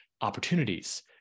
opportunities